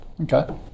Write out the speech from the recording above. Okay